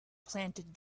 planted